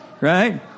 right